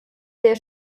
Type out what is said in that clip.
sehr